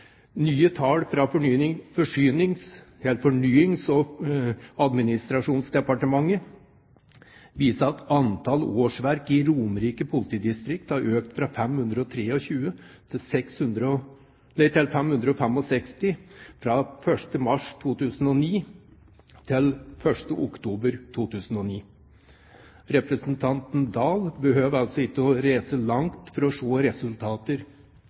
Nye tall fra Fornyings-, administrasjons- og kirkedepartementet viser at antall årsverk i Romerike politidistrikt har økt fra 523 til 565 fra 1. mars 2009 til 1. oktober 2009. Representanten Oktay Dahl behøver altså ikke å reise langt for å se resultater